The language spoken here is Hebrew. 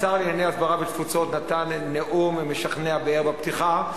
השר לענייני הסברה ותפוצות נתן נאום משכנע בערב הפתיחה,